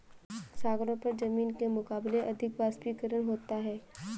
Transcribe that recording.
सागरों पर जमीन के मुकाबले अधिक वाष्पीकरण होता है